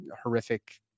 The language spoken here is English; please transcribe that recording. horrific